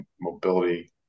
mobility